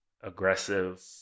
aggressive